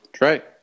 right